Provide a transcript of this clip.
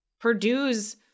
Purdue's